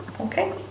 Okay